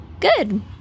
Good